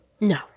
No